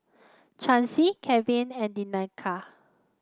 Chancy Keven and Danica